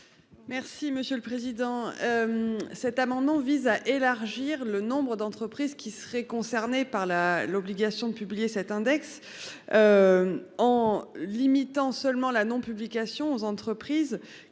Merci monsieur le président. Cet amendement vise à élargir le nombre d'entreprises qui seraient concernés par la l'obligation de publier cet index. En limitant seulement la non publication aux entreprises